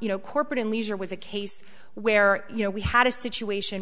you know corporate and leisure was a case where you know we had a situation